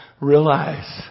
Realize